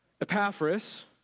Epaphras